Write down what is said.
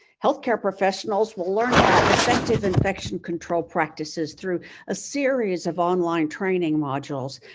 healthcare professionals will learn about effective infection control practices through a series of online training modules,